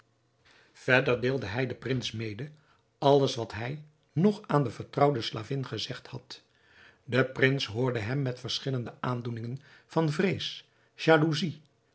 deelde hij den prins mede alles wat hij nog aan de vertrouwde slavin gezegd had de prins hoorde hem met verschillende aandoeningen van vrees jalousie